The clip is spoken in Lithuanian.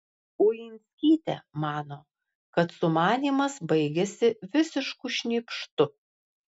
uinskytė mano kad sumanymas baigėsi visišku šnypštu